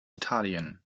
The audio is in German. italien